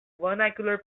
vernacular